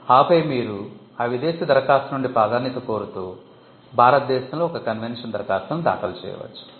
ఆపై మీరు ఆ విదేశీ దరఖాస్తు నుండి ప్రాధాన్యత కోరుతూ భారతదేశంలో ఒక కన్వెన్షన్ దరఖాస్తును దాఖలు చేయవచ్చు